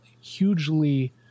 hugely